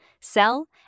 sell